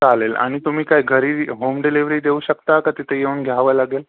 चालेल आणि तुम्ही काय घरी होम डिलिवरी देऊ शकता का तिथे येऊन घ्यावं लागेल